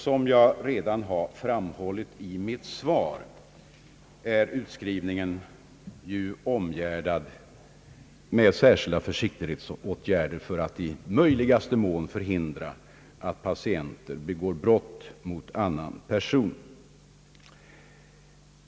Som jag redan har framhållit, är utskrivningen ju förenad med särskilda försiktighetsåtgärder för att i möjligaste mån förhindra att patienten begår brott mot annan person.